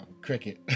cricket